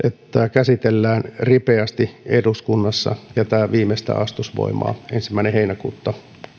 käsitellään ripeästi eduskunnassa ja tämä viimeistään astuisi voimaan ensimmäinen heinäkuuta